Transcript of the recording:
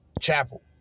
Chapel